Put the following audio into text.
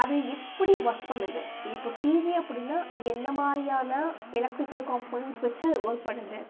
அது எப்படி ஒர்க் பண்ணுது இப்போ டிவி அப்படினா அது எந்தமாதிரியான எலெக்ட்ரிகல் காம்போனென்ட்ஸ் வச்சு அதை ஒர்க் பண்ணுது